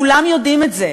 כולם יודעים את זה,